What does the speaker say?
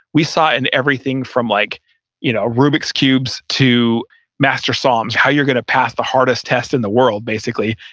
we saw it in everything from like you know ah rubik's cubes to master psalms how you're going to pass the hardest test in the world basically.